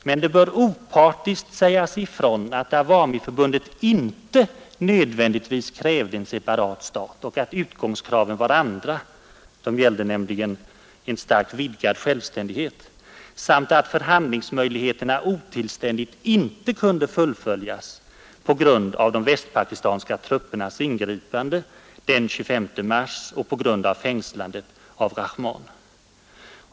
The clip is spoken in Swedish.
Men det bör opartiskt sägas ifrån att Awamiförbundet inte nödvändigtvis krävde en separat stat och att utgångskraven var andra — de gällde nämligen en starkt vidgad självständighet — samt att förhandlingsmöjligheterna otillständigt inte kunde fullföljas på grund av de västpakistanska truppernas ingripande den 25 mars och på grund av fängslandet av Rahman.